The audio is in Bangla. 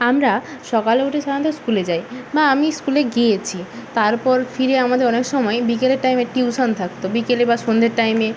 আমরা সকালে উঠে সাধারণত স্কুলে যাই বা আমি স্কুলে গিয়েছি তারপর ফিরে আমাদের অনেক সময় বিকেলের টাইমে টিউশন থাকত বিকেলে বা সন্ধ্যের টাইমে